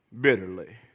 bitterly